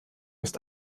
ist